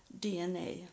DNA